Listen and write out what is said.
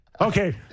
Okay